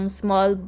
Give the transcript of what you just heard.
small